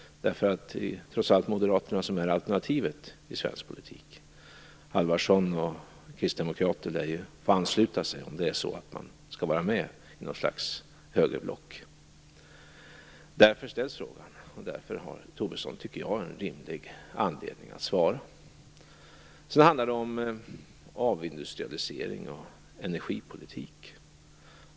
Det är trots allt moderaterna som är alternativet i svensk politik. Folkpartister och kristdemokrater lär ju få ansluta sig, om de skall vara med i något slags högerblock. Därför ställs frågan, och därför tycker jag att Tobisson har en rimlig anledning att svara. Sedan handlar det om avindustrialisering och energipolitik.